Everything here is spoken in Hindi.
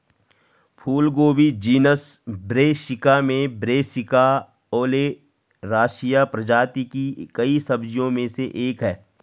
फूलगोभी जीनस ब्रैसिका में ब्रैसिका ओलेरासिया प्रजाति की कई सब्जियों में से एक है